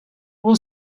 were